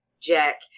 jack